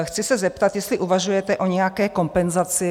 Chci se zeptat, jestli uvažujete o nějaké kompenzaci?